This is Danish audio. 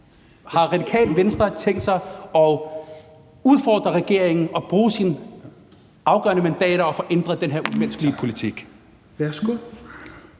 om Radikale Venstre har tænkt sig at udfordre regeringen og bruge sine afgørende mandater og få ændret den her umenneskelige politik.